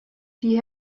die